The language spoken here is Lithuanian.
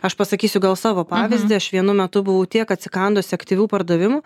aš pasakysiu gal savo pavyzdį aš vienu metu buvau tiek atsikandusi aktyvių pardavimų